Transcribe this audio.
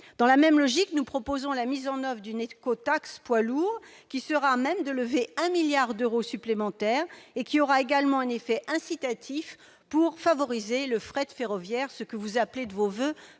Dans la même logique, nous proposons la mise en oeuvre d'une écotaxe poids lourds, qui sera à même de lever 1 milliard d'euros supplémentaires et qui aura également un effet incitatif pour favoriser le fret ferroviaire, que vous appelez de vos voeux,